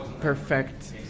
perfect